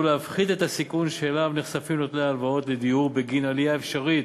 להפחית את הסיכון שאליו נחשפים נוטלי הלוואות לדיור בגין עלייה אפשרית